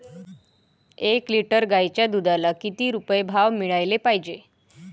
एक लिटर गाईच्या दुधाला किती रुपये भाव मिळायले पाहिजे?